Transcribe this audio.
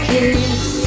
Kiss